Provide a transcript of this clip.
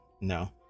No